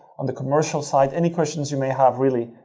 on the commercial side. any questions you may have, really.